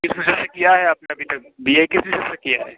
किस में से किया है अभी तक बी ए किस से किया है